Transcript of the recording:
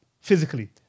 physically